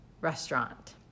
restaurant